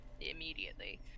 immediately